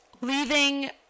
leaving